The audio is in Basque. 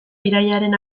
irailaren